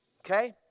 okay